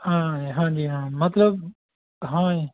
ਹਾਂ ਹਾਂਜੀ ਹਾਂ ਮਤਲਬ ਹਾਂਜੀ